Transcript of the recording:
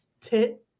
Tit